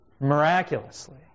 miraculously